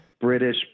British